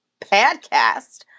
podcast